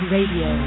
Radio